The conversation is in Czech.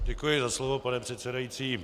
Děkuji za slovo, pane předsedající.